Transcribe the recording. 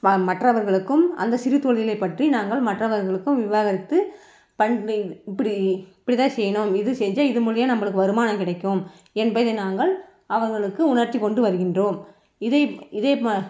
மற்றவர்களுக்கும் அந்த சிறு தொழிலை பற்றி நாங்கள் மற்றவர்களுக்கும் விவாரித்து பண்ணி இப்படி இப்டித்தான் செய்யணும் இது செஞ்சு இதன் மூலியமா நம்மளுக்கு வருமானம் கிடைக்கும் என்பதை நாங்கள் அவங்களுக்கு உணர்த்திக் கொண்டு வருகின்றோம் இதை இதே